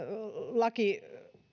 laki